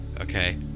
okay